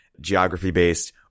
geography-based